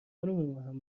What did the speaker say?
خانم